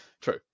true